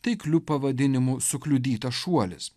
taikliu pavadinimu sukliudytas šuolis